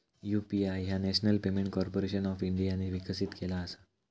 UPI ह्या national payment corporation of इंडियाने विकसित केला असा